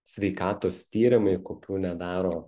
sveikatos tyrimai kokių nedaro